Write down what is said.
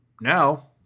now